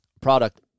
product